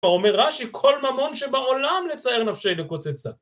ואומרה שכל ממון שבעולם לצייר נפשי דקות זה צד.